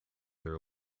their